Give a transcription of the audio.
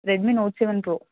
Redmi note seven pro